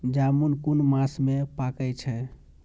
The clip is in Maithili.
जामून कुन मास में पाके छै?